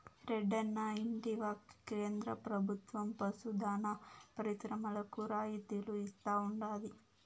రెడ్డన్నా ఇంటివా కేంద్ర ప్రభుత్వం పశు దాణా పరిశ్రమలకు రాయితీలు ఇస్తా ఉండాది